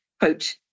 quote